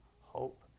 hope